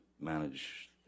manage